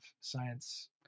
science